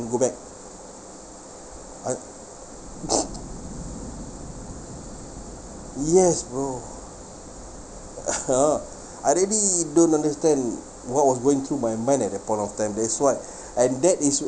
go back I yes bro (uh huh) I really don't understand what was going through my mind at the point of time that's what and that is